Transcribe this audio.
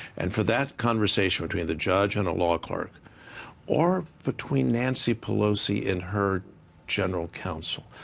and for that conversation between the judge in a law clerk or between nancy pelosi and her general counsel,